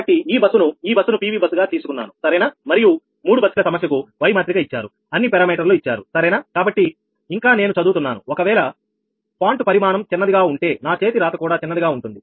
కాబట్టి ఈ బస్సును ఈ బస్సును PV బస్ గా తీసుకున్నాను సరేనా మరియు మూడు బస్సుల సమస్యకు Y మాత్రిక ఇచ్చారుఅన్ని పారామీటర్ లు ఇచ్చారు సరేనా కాబట్టి ఇంకా నేను చదువుతున్నాను ఒకవేళ ఫాంటు పరిమాణం చిన్నదిగా ఉంటే నా చేతి రాత కూడా చిన్నదిగా ఉంటుంది